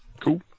Cool